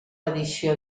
edició